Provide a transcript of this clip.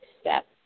step